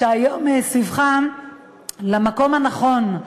שהיום סביבך למקום הנכון,